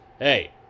hey